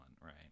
right